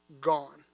Gone